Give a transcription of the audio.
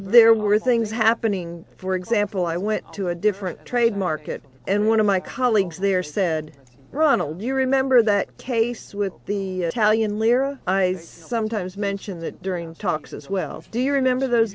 there were things happening for example i went to a different trade market and one of my colleagues there said ronald you remember that case with the italian lira i sometimes mention that during talks as well do you remember those